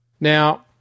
now